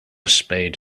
spade